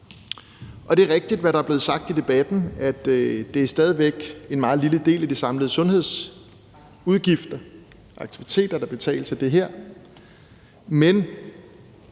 og det er rigtigt, hvad der er blevet sagt i debatten, at det stadig væk er en meget lille del af de samlede sundhedsaktiviteter, der betales af det her.